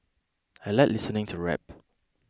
I like listening to rap